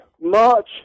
march